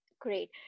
Great